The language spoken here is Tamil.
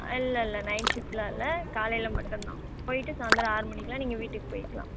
இல்லை இல்லை நைட் ஷிஃப்ட் எல்லாம் இல்லை காலையில் மட்டும்தான் போயிவிட்டு சாயந்தரோம் ஆறு மணிக்குலாம் நீங்கள் வீட்டுக்கு போயிக்கலாம்